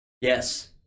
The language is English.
Yes